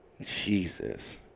Jesus